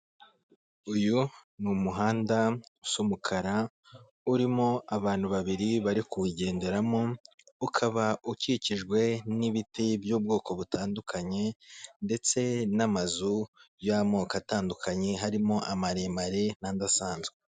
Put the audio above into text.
Uyu ni umuhanda usa umukara urimo abantu babiri bari kuwugenderamo, ukaba ukikijwe n'ibiti by'ubwoko butandukanye, ndetse n'amazu y'amoko atandukanye harimo amaremare n'andi asanzwe.